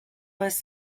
was